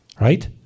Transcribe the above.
Right